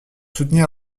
soutenir